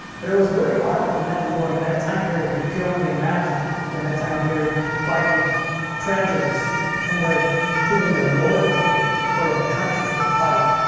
but it was very hard for them during that time period, you could only imagine during that time period, fighting prejudice and they're proving their loyalty for their country to fight.